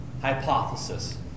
hypothesis